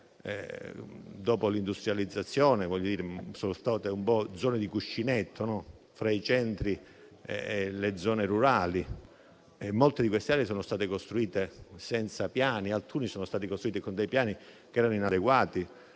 dopo l'industrializzazione. Sono state zone cuscinetto fra i centri e le zone rurali. Molte di queste aree sono state costruite senza piani, alcune sono state costruite con piani inadeguati,